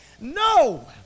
No